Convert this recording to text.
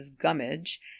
Gummidge